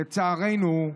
לצערנו,